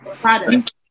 product